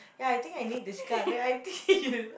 ya I think I need this card then I think